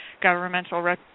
governmental